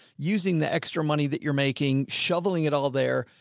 using the extra money that you're making, shoveling it all there.